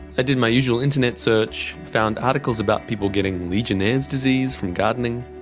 i did my usual internet search, found articles about people getting legionnaires' disease from gardening,